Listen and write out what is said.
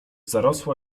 zarosła